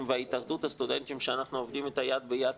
והתאחדות הסטודנטים שאנחנו עובדים איתה יד ביד,